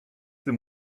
tym